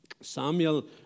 Samuel